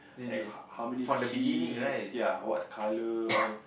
like how how many keys ya what color all